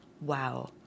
wow